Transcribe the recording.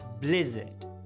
Blizzard